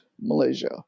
Malaysia